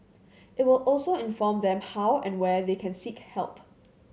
it will also inform them how and where they can seek help